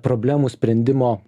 problemų sprendimo